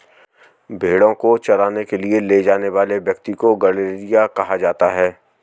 भेंड़ों को चराने के लिए ले जाने वाले व्यक्ति को गड़ेरिया कहा जाता है